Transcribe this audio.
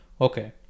Okay